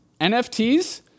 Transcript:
NFTs